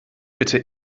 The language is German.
bitte